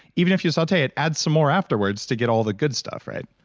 even if you saute it, add some more afterwards to get all the good stuff right?